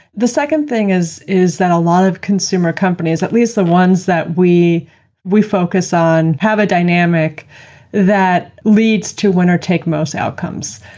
the second thing is is that a lot of consumer companies, at least the ones that we we focus on, have a dynamic that leads to winner-take-most outcomes.